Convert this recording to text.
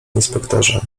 inspektorze